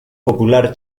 popular